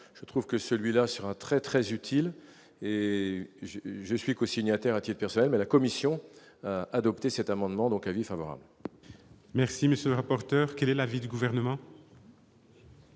je trouve que celui-là sera très très utile et je suis co-signataire Hatier personnelle mais la commission a adopté cet amendement, donc avis favorable. Merci, monsieur le rapporteur, quel est l'avis du gouvernement.